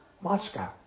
Moscow